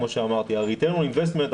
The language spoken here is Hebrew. ה- Return on Investment,